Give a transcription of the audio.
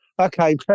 Okay